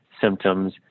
symptoms